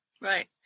right